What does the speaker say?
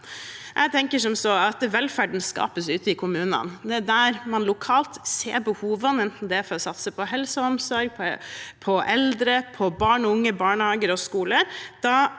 Velferden skapes ute i kommunene. Det er der man lokalt ser behovene, enten det er for å satse på helse og omsorg, på eldre, på barn og unge, på barnehager eller